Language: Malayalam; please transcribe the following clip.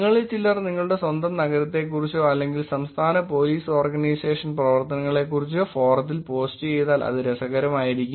നിങ്ങളിൽ ചിലർ നിങ്ങളുടെ സ്വന്തം നഗരത്തെക്കുറിച്ചോ അല്ലെങ്കിൽ സംസ്ഥാന പോലീസ് ഓർഗനൈസേഷൻ പ്രവർത്തനങ്ങളെക്കുറിച്ചോ ഫോറത്തിൽ പോസ്റ്റുചെയ്താൽ അത് രസകരമായിരിക്കും